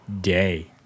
day